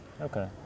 Okay